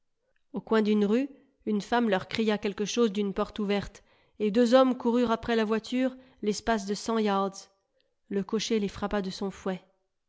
au coin d'une rue une femme leur cria quelque chose d'une porte ouverte et deux hommes coururent après la voiture l'espace de cent yards le cocher les frappa de son fouet